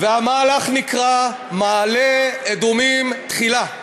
והמהלך נקרא: מעלה-אדומים תחילה.